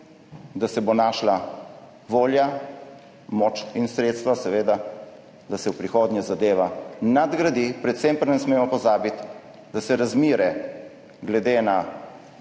da se bo našla volja, moč in sredstva, da se v prihodnje zadeva nadgradi. Predvsem pa ne smemo pozabiti, da se razmere glede na